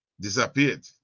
disappeared